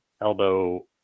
elbow